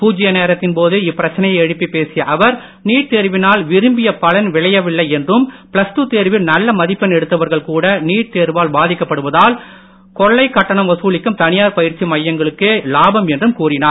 பூஜ்ய நேரத்தின் போது இப்பிரச்னையை எழுப்பி பேசிய அவர் நீட் தேர்வினால் விரும்பிய பலன் விளையவில்லை என்றும் பிளஸ் தேர்வில் நல்ல மதிப்பெண் எடுத்தவர்கள் கூட நீட் தேர்வால் பாதிக்கப்படுவதால் கொள்கைக் கட்டண வசூலிக்கும் தனியார் பயிற்சி மையங்களுக்கே இலாபம் என்றும் கூறினார்